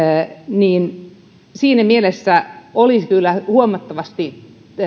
niin siinä mielessä olisi kyllä huomattavasti